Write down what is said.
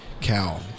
cow